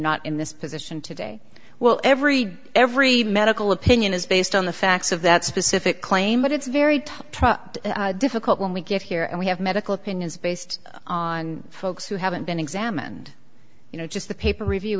not in this position today well every day every medical opinion is based on the facts of that specific claim but it's very difficult when we get here and we have medical opinions based on folks who haven't been examined you know just the paper review